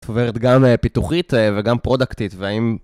זאת אומרת, גם פיתוחית וגם פרודקטית, והאם...